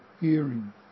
hearing